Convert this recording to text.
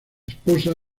esposa